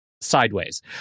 sideways